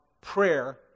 prayer